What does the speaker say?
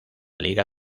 liga